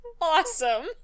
awesome